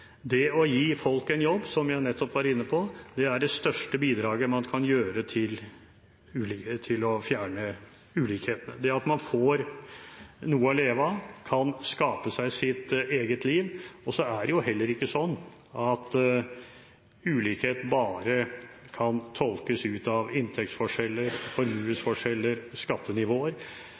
Det å gi folk en jobb, som jeg nettopp var inne på, er det største bidraget man kan gi for å fjerne ulikhetene, det at man får noe å leve av og kan skape seg sitt eget liv. Det er heller ikke sånn at ulikhet bare kan tolkes ut av inntektsforskjeller, formuesforskjeller, skattenivåer.